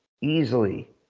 easily